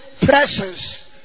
presence